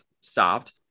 stopped